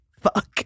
fuck